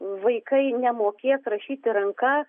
vaikai nemokės rašyti ranka